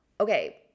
okay